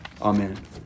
Amen